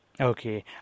Okay